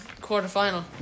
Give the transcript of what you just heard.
quarterfinal